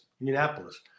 Indianapolis